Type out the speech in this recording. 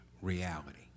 reality